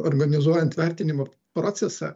organizuojant vertinimo procesą